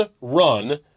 run